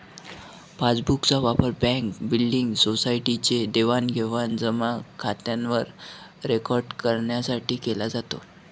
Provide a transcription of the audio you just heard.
passbook चा वापर bank, building, society चे देवाणघेवाण जमा खात्यावर रेकॉर्ड करण्यासाठी केला जातो